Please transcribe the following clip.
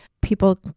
people